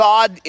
God